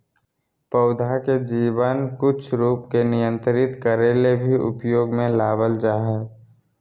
पौधा के जीवन कुछ रूप के नियंत्रित करे ले भी उपयोग में लाबल जा हइ